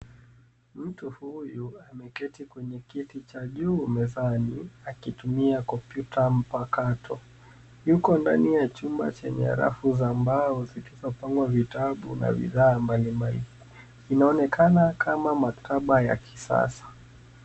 Mtu huyu ameketi kwenye kiti cha juu mezani akitumia kompyuta mpakato yuko ndani ya chumba chenye rafu za mbao zilizopangwa vitabu na bidhaa mbali mbali inaonekana kama maktaba ya kisasa